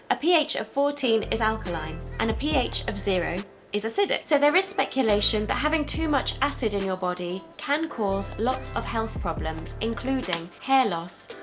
a ph of fourteen is alkaline and a ph of zero is acidic. so there is speculation that having too much acid in your body can cause lots of health problems including hair loss,